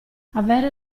avere